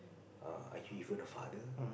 uh are you even a father